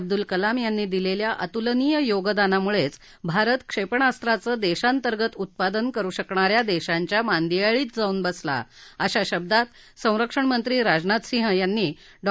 अब्दुल कलाम यांनी दिलेल्या अतुलनीय योगदानामुळेच भारत क्षेपणास्त्रांचं देशान्तर्गत उत्पादन करू शकणाऱ्या देशांच्या मांदियाळीत जाऊन बसला अशा शब्दांत संरक्षणमंत्री राजनाथ सिंह यांनी डॉ